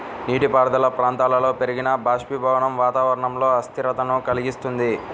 నీటిపారుదల ప్రాంతాలలో పెరిగిన బాష్పీభవనం వాతావరణంలో అస్థిరతను కలిగిస్తుంది